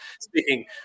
speaking